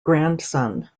grandson